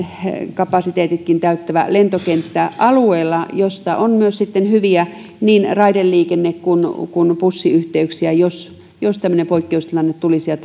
kapasiteetinkin täyttävä lentokenttä alueella josta on myös sitten hyviä niin raideliikenne kuin bussiyhteyksiä jos jos tämmöinen poikkeustilanne tulisi ja